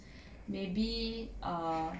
maybe err